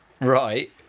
Right